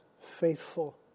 faithful